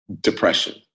depression